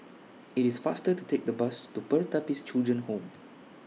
IT IS faster to Take The Bus to Pertapis Children Home